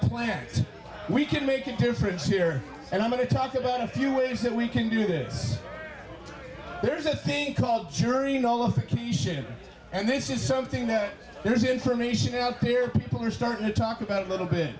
plants we could make a difference here and i'm going to talk about a few ways that we can do this there's a thing called jury nullification and this is something that there's information out there people are starting to talk about a little bit